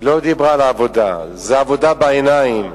היא לא דיברה על העבודה, זה עבודה בעיניים.